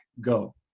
go